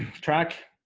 track